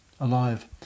alive